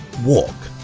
walk.